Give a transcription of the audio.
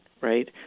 right